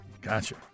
Gotcha